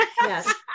Yes